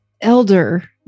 elder